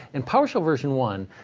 in powershell version one,